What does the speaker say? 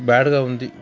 బ్యాడ్గా ఉంది